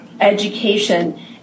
education